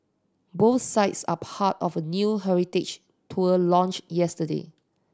both sites are part of a new heritage tour launched yesterday